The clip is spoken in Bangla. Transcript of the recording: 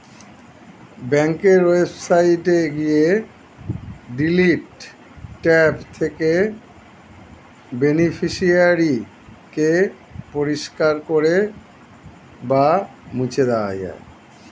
ব্যাঙ্কের ওয়েবসাইটে গিয়ে ডিলিট ট্যাব থেকে বেনিফিশিয়ারি কে পরিষ্কার করে বা মুছে দেওয়া যায়